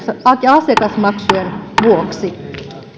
asiakasmaksujen vuoksi